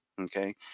okay